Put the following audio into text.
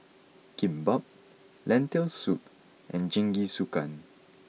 Kimbap Lentil soup and Jingisukan